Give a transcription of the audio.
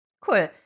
Cool